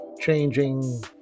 changing